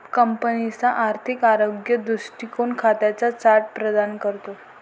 कंपनीचा आर्थिक आरोग्य दृष्टीकोन खात्यांचा चार्ट प्रदान करतो